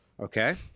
okay